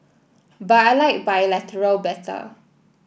but I like bilateral better